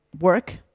work